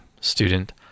Student